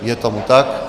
Je tomu tak.